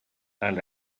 and